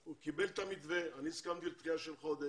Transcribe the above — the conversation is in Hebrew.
הוא קיבל את המתווה, אני הסכמתי לדחייה של חודש.